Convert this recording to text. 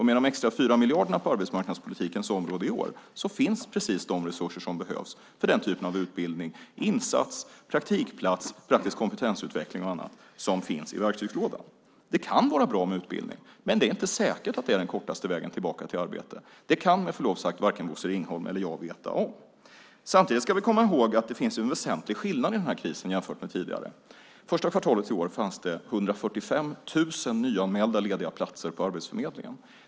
Med de 4 extra miljarderna på arbetsmarknadspolitikens område i år finns precis de resurser som behövs för denna typ av utbildning - insats, praktikplats, praktisk kompetensutveckling och annat som finns i verktygslådan. Det kan vara bra med utbildning, men det är inte säkert att det är den kortaste vägen tillbaka till arbete. Det kan, med förlov sagt, varken Bosse Ringholm eller jag veta. Samtidigt ska vi komma ihåg att det finns en väsentlig skillnad i denna kris jämfört med tidigare. Första kvartalet i år fanns det 145 000 nyanmälda lediga platser på Arbetsförmedlingen.